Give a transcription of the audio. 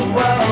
Whoa